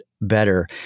Better